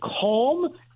calm